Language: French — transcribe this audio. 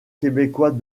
québécois